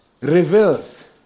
reveals